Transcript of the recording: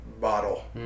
bottle